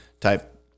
type